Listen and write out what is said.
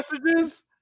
messages